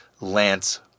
Lance